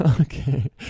Okay